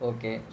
Okay